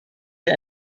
der